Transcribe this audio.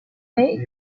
veí